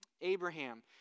Abraham